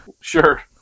sure